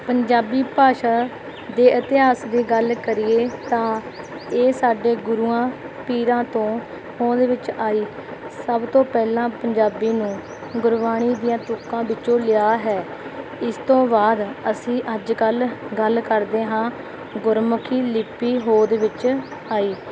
ਪੰਜਾਬੀ ਭਾਸ਼ਾ ਦੇ ਇਤਿਹਾਸ ਦੀ ਗੱਲ ਕਰੀਏ ਤਾਂ ਇਹ ਸਾਡੇ ਗੁਰੂਆਂ ਪੀਰਾਂ ਤੋਂ ਹੋਂਦ ਵਿੱਚ ਆਈ ਸਭ ਤੋਂ ਪਹਿਲਾਂ ਪੰਜਾਬੀ ਨੂੰ ਗੁਰਬਾਣੀ ਦੀਆਂ ਤੁਕਾਂ ਵਿੱਚੋਂ ਲਿਆ ਹੈ ਇਸ ਤੋਂ ਬਾਅਦ ਅਸੀਂ ਅੱਜ ਕੱਲ੍ਹ ਗੱਲ ਕਰਦੇ ਹਾਂ ਗੁਰਮੁਖੀ ਲਿਪੀ ਹੋਂਦ ਵਿੱਚ ਆਈ